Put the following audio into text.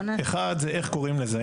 אחד זה איך קוראים לזה,